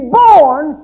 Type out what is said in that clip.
born